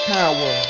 power